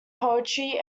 poetry